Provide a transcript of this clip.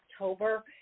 October